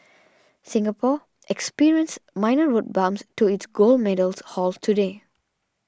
Singapore experienced minor road bumps to its gold medals haul today